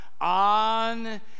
on